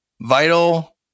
vital